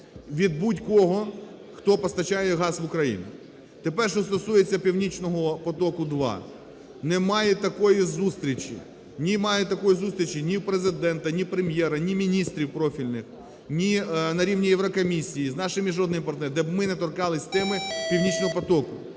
від будь-кого, хто постачає газ в Україну. Тепер що стосується "Північного потоку-2". Немає такої зустрічі, немає такої зустрічі ні у Президента, ні в Прем’єра, ні міністрів профільних, ні на рівні Єврокомісії, з нашими міжнародними партнерами, де б ми не торкалися теми "Північного потоку".